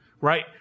Right